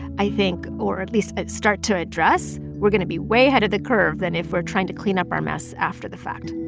i think or at least start to address we're going to be way ahead of the curve than if we're trying to clean up our mess after the fact